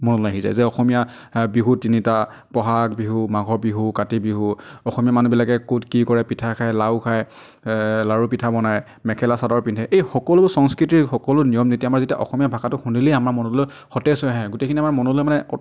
আহি যায় যে অসমীয়া বিহু তিনিটা ব'হাগ বিহু মাঘৰ বিহু কাতি বিহু অসমীয়া মানুহবিলাকে ক'ত কি কৰে পিঠা খাই লাড়ু খাই লাড়ু পিঠা বনাই মেখেলা চাদৰ পিন্ধে এই সকলোবোৰ সংস্কৃতিৰ সকলো নিয়ম নীতি আমাৰ যেতিয়া অসমীয়া ভাষাটো শুনিলেই আমাৰ মনলৈ সতেজ হৈ আহে গোটেইখিনি আমাৰ মনলৈ মানে